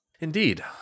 Indeed